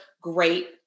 great